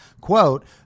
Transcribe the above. quote